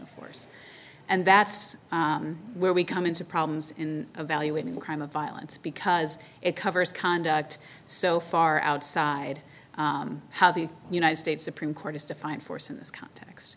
of force and that's where we come into problems in evaluating the crime of violence because it covers conduct so far outside how the united states supreme court is defined force in this context